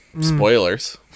Spoilers